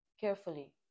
carefully